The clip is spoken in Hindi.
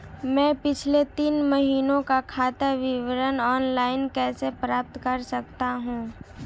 मैं पिछले तीन महीनों का खाता विवरण ऑनलाइन कैसे प्राप्त कर सकता हूं?